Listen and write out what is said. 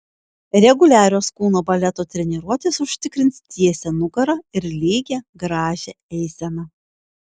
reguliarios kūno baleto treniruotės užtikrins tiesią nugarą ir lygią gražią eiseną